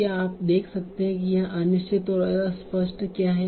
क्या आप देख सकते हैं कि यहाँ अनिश्चित और अस्पष्ट क्या है